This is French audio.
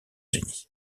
unis